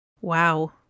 wow